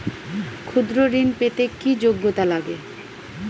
ক্ষুদ্র ঋণ পেতে কি যোগ্যতা লাগে?